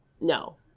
No